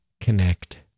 connect